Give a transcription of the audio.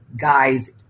guys